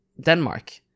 Denmark